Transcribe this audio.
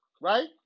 Right